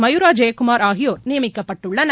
மயூரா ஜெயக்குமார் ஆகியோர் நியமிக்கப்பட்டுள்ளனர்